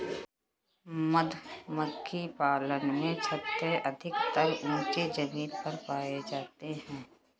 मधुमक्खी पालन में छत्ते अधिकतर ऊँची जमीन पर पाए जाते हैं